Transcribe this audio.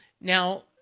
Now